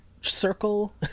circle